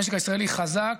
המשק הישראלי חזק,